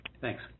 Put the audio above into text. Thanks